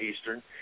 Eastern